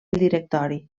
directori